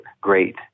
great